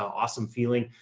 awesome feeling.